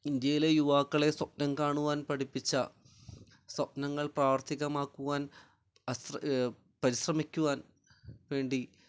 ഇന്ത്യയിലെ യുവാക്കളെ സ്വപ്നം കാണുവാൻ പഠിപ്പിച്ച സ്വപ്നങ്ങൾ പ്രാവർത്തികമാക്കുവാൻ പരിശ്രമിക്കുവാൻ വേണ്ടി